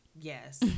yes